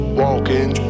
walking